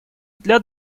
для